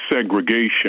segregation